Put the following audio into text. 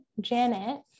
Janet